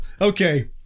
Okay